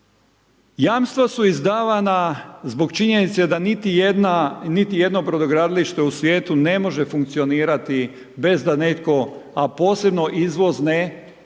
Jamstva su izdavana zbog činjenice da niti jedno brodogradilište u svijetu ne može funkcionirati, bez da netko, a posebno izvozne